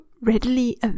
readily